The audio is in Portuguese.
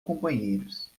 companheiros